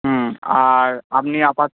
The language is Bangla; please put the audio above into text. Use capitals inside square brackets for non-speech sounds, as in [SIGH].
হুম আর আপনি [UNINTELLIGIBLE]